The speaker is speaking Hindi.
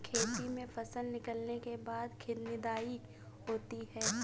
खेती में फसल निकलने के बाद निदाई होती हैं?